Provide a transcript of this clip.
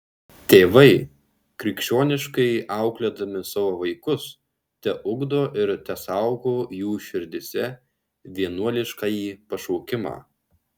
tėvai krikščioniškai auklėdami savo vaikus teugdo ir tesaugo jų širdyse vienuoliškąjį pašaukimą